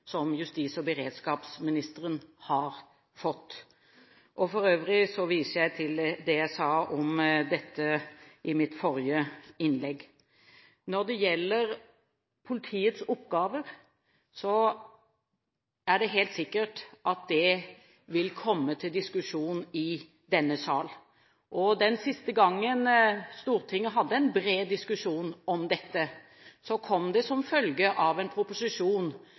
som justis- og beredskapsministeren har fått. Jeg viser til det jeg sa om dette i mitt forrige innlegg. Når det gjelder politiets oppgaver, er det helt sikkert at det vil komme til diskusjon i denne sal. Den siste gangen Stortinget hadde en bred diskusjon om dette, kom det som følge av en proposisjon